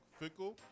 Fickle